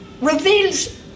reveals